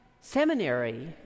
Seminary